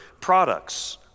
products